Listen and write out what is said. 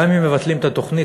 גם אם מבטלים את התוכנית,